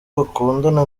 bakundana